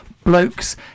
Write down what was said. blokes